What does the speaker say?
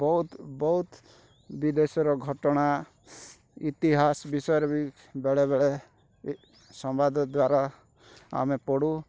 ବହୁତ ବହୁତ ବିଦେଶର ଘଟଣା ଇତିହାସ ବିଷୟରେ ବି ବେଳେ ବେଳେ ସମ୍ବାଦ ଦ୍ୱାରା ଆମେ ପଢ଼ୁ